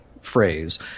phrase